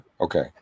okay